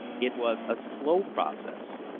it was a slow process.